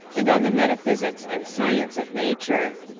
and on the metaphysics and science of nature.